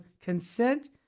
consent